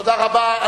תודה רבה.